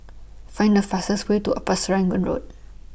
Find The fastest Way to Upper Serangoon Road